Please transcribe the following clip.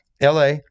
LA